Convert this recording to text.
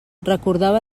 recordava